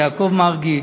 יעקב מרגי,